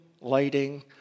lighting